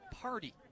Party